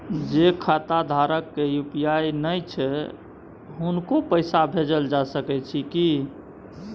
जे खाता धारक के यु.पी.आई नय छैन हुनको पैसा भेजल जा सकै छी कि?